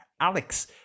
Alex